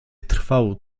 trwał